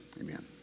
amen